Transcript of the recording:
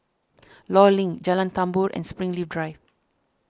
Law Link Jalan Tambur and Springleaf Drive